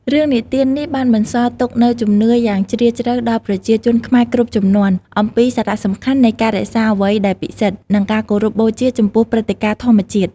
រឿងនិទាននេះបានបន្សល់ទុកនូវជំនឿយ៉ាងជ្រាលជ្រៅដល់ប្រជាជនខ្មែរគ្រប់ជំនាន់ អំពីសារៈសំខាន់នៃការរក្សាអ្វីដែលពិសិដ្ឋ និងការគោរពបូជាចំពោះព្រឹត្តិការណ៍ធម្មជាតិ។